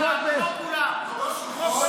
כמו כל הממשלה, כמו כולם.